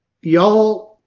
y'all